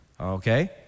Okay